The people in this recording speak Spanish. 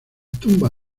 tumba